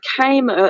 came